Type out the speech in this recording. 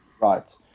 Right